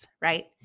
right